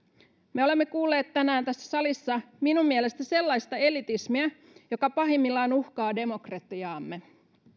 me olemme kuulleet tänään tässä salissa minun mielestäni sellaista elitismiä joka pahimmillaan uhkaa demokratiaamme